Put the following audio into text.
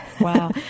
Wow